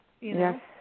Yes